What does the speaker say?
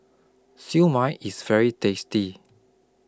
Siew Mai IS very tasty